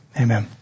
Amen